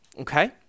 okay